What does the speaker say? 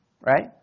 Right